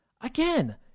Again